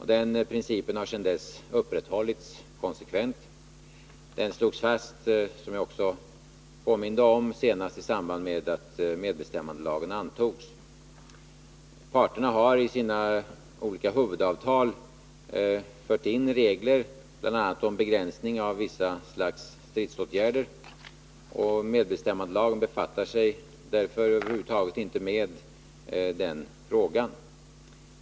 Den principen har sedan dess upprätthållits konsekvent. Den slogs fast, som jag påminde om i svaret, senast i samband med att medbestämmandelagen antogs. Parterna har i sina olika huvudavtal fört in regler, bl.a. om begränsning av vissa stridsåtgärder, och medbestämmandelagen befattar sig därför över huvud taget inte med den frågan.